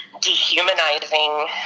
dehumanizing